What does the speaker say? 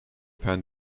pan